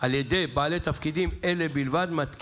על ידי בעלי תפקידים אלה בלבד: מתקין,